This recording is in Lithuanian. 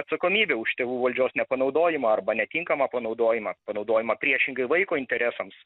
atsakomybė už tėvų valdžios nepanaudojimą arba netinkamą panaudojimą panaudojimą priešingai vaiko interesams